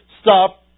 stop